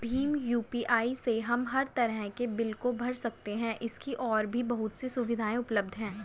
Bhim UPI से हम हर तरह के बिल को भर सकते है, इसकी और भी बहुत सी सुविधाएं उपलब्ध है